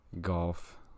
golf